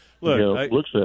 Look